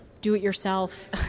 do-it-yourself